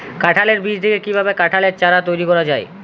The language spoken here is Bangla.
কাঁঠালের বীজ থেকে কীভাবে কাঁঠালের চারা তৈরি করা হয়?